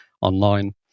online